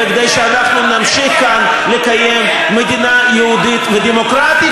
וכדי שאנחנו נמשיך כאן לקיים מדינה יהודית ודמוקרטית,